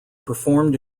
performed